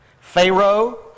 Pharaoh